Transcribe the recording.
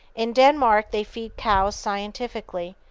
in denmark they feed cows scientifically.